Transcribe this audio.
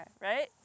right